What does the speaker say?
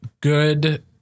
Good